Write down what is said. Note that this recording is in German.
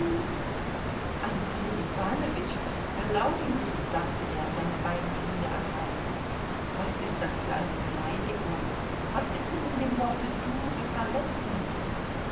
andrej iwanowitsch erlauben sie sagte er seine beiden hände ergreifend was ist das für eine beleidigung was ist denn in dem worte du so verletzend